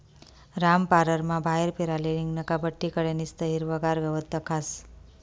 रामपाररमा बाहेर फिराले निंघनं का बठ्ठी कडे निस्तं हिरवंगार गवत दखास